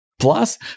Plus